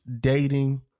dating